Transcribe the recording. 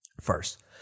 First